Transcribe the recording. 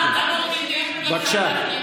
למה, שילך לבג"ץ, לא נותנים לי?